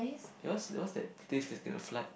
because because that place is gonna flood